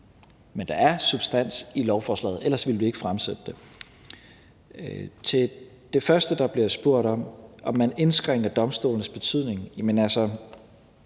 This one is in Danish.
men der er substans i lovforslaget – ellers ville vi ikke fremsætte det. Til det første, hvor der blev spurgt om, om man indskrænker domstolenes betydning: